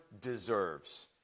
deserves